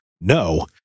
No